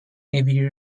navy